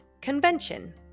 convention